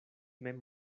mem